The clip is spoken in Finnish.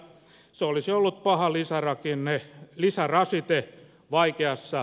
se olisi ollut paha lisärasite vaikeassa tilanteessa